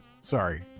Sorry